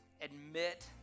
admit